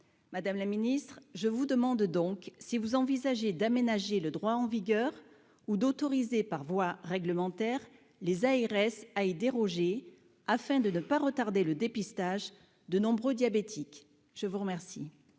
madame la ministre, je vous demande donc si vous envisagez d'aménager le droit en vigueur ou d'autoriser par voie réglementaire les ARS à déroger afin de ne pas retarder le dépistage de nombreux diabétiques, je vous remercie.